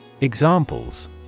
Examples